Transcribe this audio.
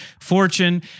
fortune